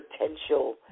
potential